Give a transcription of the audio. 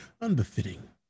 unbefitting